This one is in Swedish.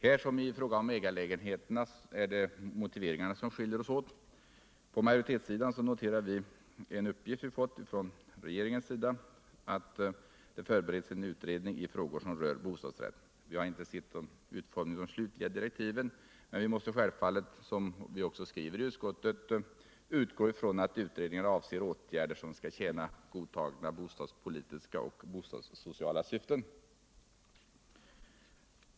Här som i fråga om ägarlägenheterna är det motiveringarna som skiljer oss åt. På majoritetssidan noterar vi en uppgift som vi fått från regeringen, att det förbereds en utredning i frågor som rör bostadsrätt. Vi har inte sett utformningen av de slutliga direktiven men vi måste självfallet, som utskottet skriver, utgå från att utredningen avser åtgärder som skall tjäna godtagna bostadspolitiska och bostadssociala syften.